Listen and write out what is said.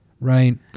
right